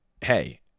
hey